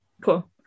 Cool